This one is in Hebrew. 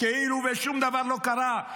כאילו שום דבר לא קרה.